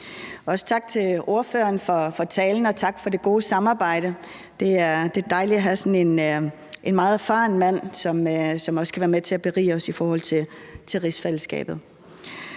også tak til ordføreren for talen, og tak for det gode samarbejde. Det er dejligt at have sådan en meget erfaren mand, som også kan være med til at berige os i forhold til rigsfællesskabet.